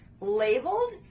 labeled